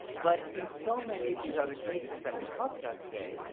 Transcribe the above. but, in so many of these other cases that we've talked about today,